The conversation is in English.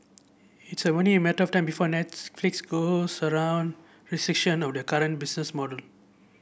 it's only a matter time before Netflix around restriction of the current business model